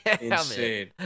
Insane